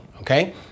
okay